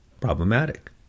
problematic